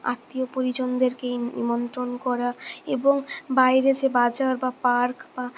আত্মীয় পরিজনদেরকে ইন নিমন্ত্রণ করা এবং বাইরে যে বাজার বা পার্ক বা